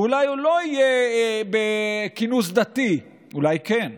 ואולי הוא לא יהיה בכינוס דתי, אולי כן,